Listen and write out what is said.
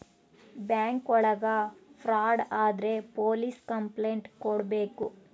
bank ಒಳಗ fraud ಆದ್ರೆ police complaint ಕೊಡ್ಬೇಕು